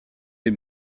des